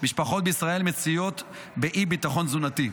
משפחות בישראל מצויות באי-ביטחון תזונתי.